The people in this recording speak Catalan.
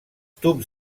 tubs